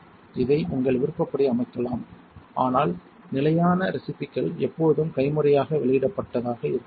இதை உங்கள் விருப்பப்படி அமைக்கலாம் ஆனால் நிலையான ரெஸிப்பிகள் எப்போதும் கைமுறையாக வெளியிடப்பட்டதாக இருக்க வேண்டும்